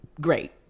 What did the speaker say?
Great